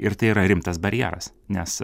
ir tai yra rimtas barjeras nes